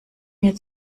mir